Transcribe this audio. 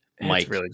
Mike